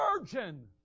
virgin